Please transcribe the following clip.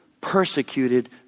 persecuted